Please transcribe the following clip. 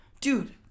Dude